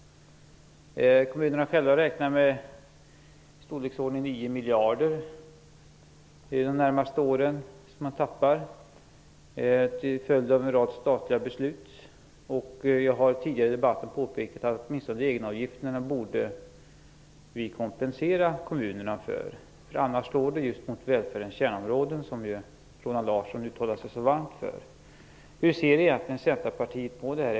Kommunerna själva räknar med att de under de närmaste åren till följd av en rad statliga beslut kommer att tappa i storleksordningen 9 miljarder kronor. Jag har tidigare i debatten påpekat att vi åtminstone när det gäller egenavgifterna borde kompensera kommunerna, för annars slår det mot välfärdens kärnområden som ju Roland Larsson uttalar sig så varmt för. Hur ser ni i Centerpartiet egentligen på detta?